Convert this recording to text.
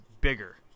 bigger